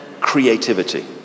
creativity